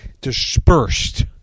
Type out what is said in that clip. dispersed